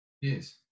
Yes